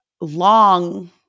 long